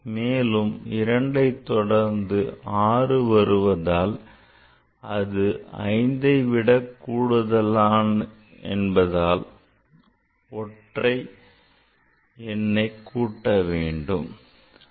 மேலும் 2 ஐ தொடர்ந்து 6 வருவதால் அது அதைவிட கூடுதலான என்பதால் ஒன்றை கூட்ட வேண்டும் it